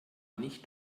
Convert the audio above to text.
nicht